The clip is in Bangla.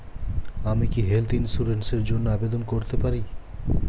আমি কি হেল্থ ইন্সুরেন্স র জন্য আবেদন করতে পারি?